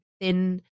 thin